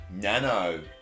nano